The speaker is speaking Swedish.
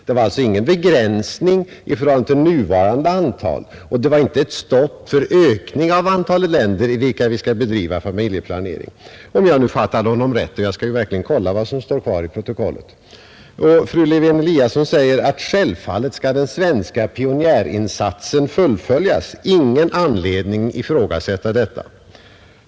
Det var alltså ingen begränsning i förhållande till nuvarande antal, och det var inte ett stopp för ökning av antalet länder i vilka vi skall bedriva familjeplanering — om jag nu fattade honom rätt. Jag skall verkligen kolla vad som står kvar i protokollet. Fru Lewén-Eliasson säger att självfallet skall den svenska pionjärinsatsen fullföljas. Det finns ingen anledning ifrågasätta detta.